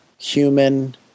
human